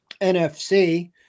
NFC